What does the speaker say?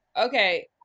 Okay